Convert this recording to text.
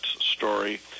story